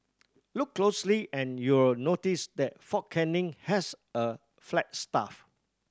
look closely and you'll notice that Fort Canning has a flagstaff